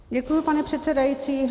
Děkuji, pane předsedající.